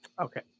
Okay